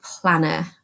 planner